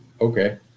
Okay